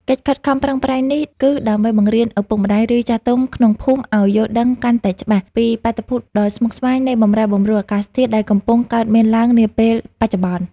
កិច្ចខិតខំប្រឹងប្រែងនេះ គឺដើម្បីបង្រៀនឪពុកម្ដាយ ឬចាស់ទុំក្នុងភូមិឱ្យយល់ដឹងកាន់តែច្បាស់ ពីបាតុភូតដ៏ស្មុគស្មាញនៃបម្រែបម្រួលអាកាសធាតុ ដែលកំពុងកើតមានឡើងនាពេលបច្ចុប្បន្ន។